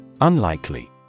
Unlikely